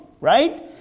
right